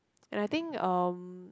and I think um